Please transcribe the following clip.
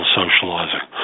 socializing